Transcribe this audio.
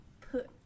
put